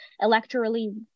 electorally